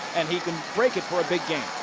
and he can break it for a big game.